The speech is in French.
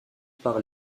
par